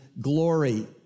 glory